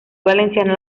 valenciana